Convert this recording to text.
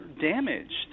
damaged